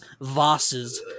vases